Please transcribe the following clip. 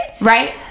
right